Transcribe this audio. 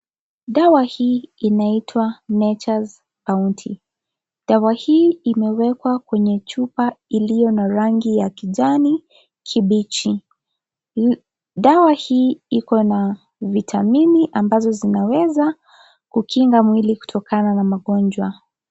Dawa hii inaitwa Nature's Bounty. Dawa hii imewekwa kwenye chupa iliyo na rangi ya kijani kibichi. Dawa hii iko na vitamini ambazo zinaweza kukinga mwili kutokana na magonjwa.